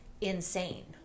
insane